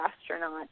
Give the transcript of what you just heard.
astronaut